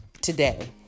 today